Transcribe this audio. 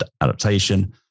adaptation